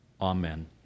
Amen